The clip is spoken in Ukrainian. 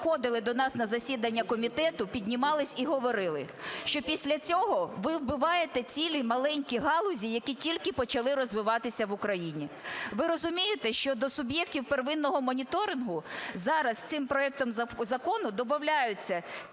які приходили до нас на засідання комітету, піднімались і говорили, що після цього ви вбиваєте цілі маленькі галузі, які тільки почали розвиватися в Україні. Ви розумієте, що до суб'єктів первинного моніторингу зараз цим проектом закону добавляються